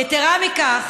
יתרה מכך,